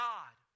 God